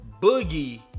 Boogie